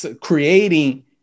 creating